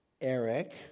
Eric